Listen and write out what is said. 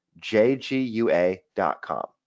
jgua.com